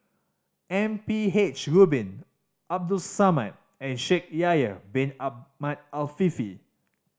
M P H Rubin Abdul Samad and Shaikh Yahya Bin Ahmed Afifi